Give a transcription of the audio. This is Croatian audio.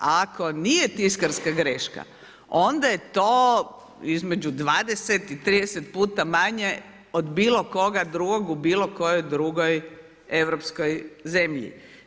Ako nije tiskarska greška, onda je to između 20 i 30 puta manje od bilokoga drugog u bilokojoj drugoj europskoj zemlji.